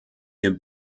ihr